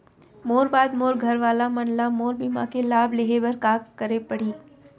मोर बाद मोर घर वाला मन ला मोर बीमा के लाभ लेहे बर का करे पड़ही?